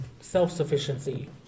self-sufficiency